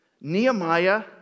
Nehemiah